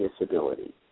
disability